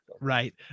Right